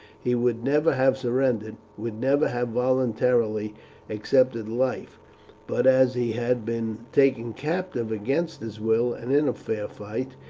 he would never have surrendered would never have voluntarily accepted life but as he had been taken captive against his will and in fair fight,